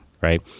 Right